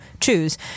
choose